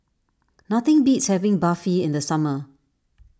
nothing beats having Barfi in the summer